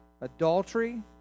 adultery